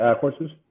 courses